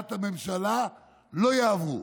להחייאת הממשלה לא יעברו.